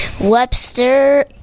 Webster